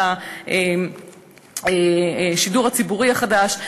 של השידור הציבורי החדש,